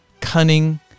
cunning